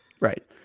Right